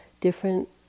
different